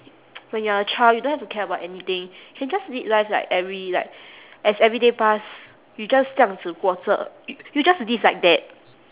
when you're a child you don't have to care about anything can just lead life like every like as every day pass you just 这样子过着: zhe yang zi guo zhe you just live like that